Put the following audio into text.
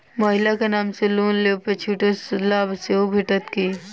महिला केँ नाम सँ लोन लेबऽ पर छुटक लाभ सेहो भेटत की?